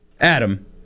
Adam